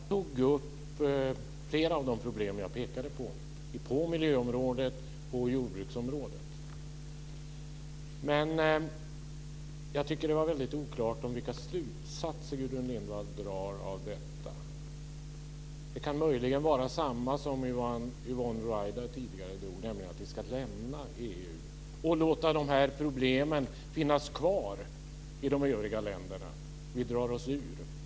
Fru talman! Gudrun Lindvall tog upp flera av de problem som jag tog upp på miljöområdet och på jordbruksområdet. Men jag tycker att det var väldigt oklart vilka slutsatser som Gudrun Lindvall drar av detta. Det kan möjligen vara samma slutsatser som Yvonne Ruwaida tidigare drog, nämligen att vi ska lämna EU och låta dessa problem finnas kvar i de övriga länderna.